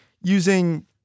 using